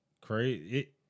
crazy